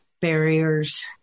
barriers